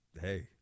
hey